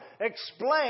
explain